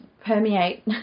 permeate